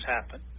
happen